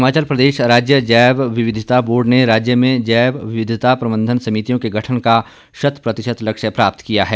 हिमाचल प्रदेश राज्य जैव विविधता बोर्ड ने राज्य में जैव विविधता प्रबंधन समितियों के गठन का शत प्रतिशत लक्ष्य प्राप्त किया है